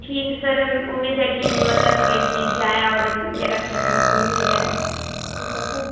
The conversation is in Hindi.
ठीक है सर उम्मीद है की मतलब केस जीत जाएं और अभी मेरा खेत हमको मिल जाए